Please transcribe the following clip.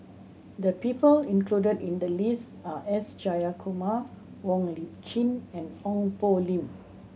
the people included in the list are S Jayakumar Wong Lip Chin and Ong Poh Lim